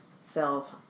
cells